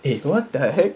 eh what the heck